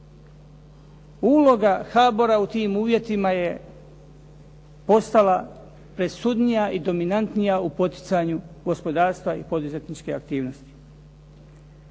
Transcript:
Uloga HBOR-a u tim uvjetima je postala presudnija i dominantnija u poticanju gospodarstva i poduzetničke aktivnosti.